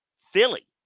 Philly